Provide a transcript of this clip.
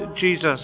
Jesus